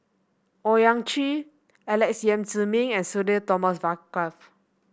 Owyang Chi Alex Yam Ziming and Sudhir Thomas Vadaketh